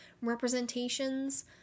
Representations